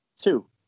Two